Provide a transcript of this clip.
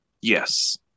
Yes